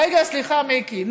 רגע, סליחה, מיקי.